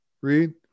Read